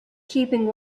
keeping